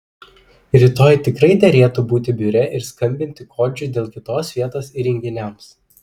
rytoj tikrai derėtų būti biure ir skambinti kodžiui dėl kitos vietos įrenginiams